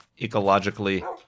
ecologically